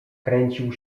kręcił